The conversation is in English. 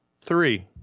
three